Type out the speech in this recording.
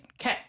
Okay